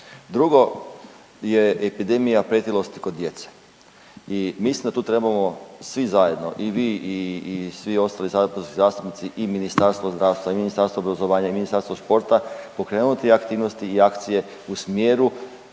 Drugo, je epidemija pretilosti od djece i mislim da tu trebamo svi zajedno i vi i svi ostali saborski zastupnici i Ministarstvo zdravstva i Ministarstvo obrazovanja i Ministarstvo sporta pokrenuti aktivnosti i akcije u smjeru